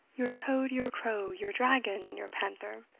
your toad, your crow, your dragon, and your panther,